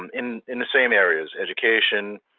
um in in the same areas. education,